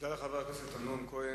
תודה לחבר הכנסת אמנון כהן.